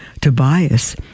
Tobias